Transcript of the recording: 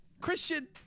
Christian